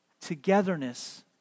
Togetherness